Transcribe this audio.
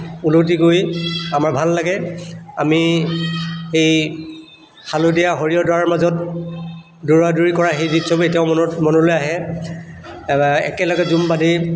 উলটি কৰি আমাৰ ভাল লাগে আমি এই হালধীয়া সৰিয়হডৰাৰ মাজত দৌৰা দৌৰি কৰা সেই দৃশ্যবোৰ এতিয়াও মনত মনলৈ আহে একেলগে জুম বান্ধি